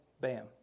Bam